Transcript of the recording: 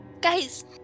Guys